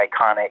iconic